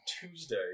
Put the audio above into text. Tuesday